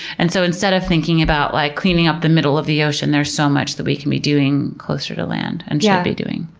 and so instead of thinking about like cleaning up the middle of the ocean, there's so much that we can be doing closer to land and should be doing.